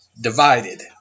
divided